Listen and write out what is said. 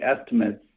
estimates